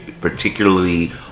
particularly